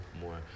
more